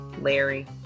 Larry